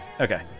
okay